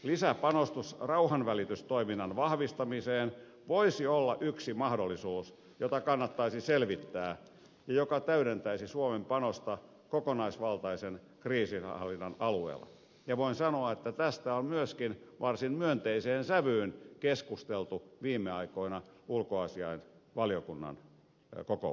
lisäpanostus rauhanvälitystoiminnan vahvistamiseen voisi olla yksi mahdollisuus jota kannattaisi selvittää ja joka täydentäisi suomen panosta kokonaisvaltaisen kriisinhallinnan alueella ja voin sanoa että tästä on myöskin varsin myönteiseen sävyyn keskusteltu viime aikoina ulkoasiainvaliokunnan kokouksissa